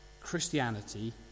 Christianity